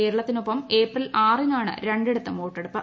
കേരളത്തിനൊപ്പം April ആറിനാണ് രണ്ടിടത്തും വോട്ടെടുപ്പ്